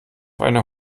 einer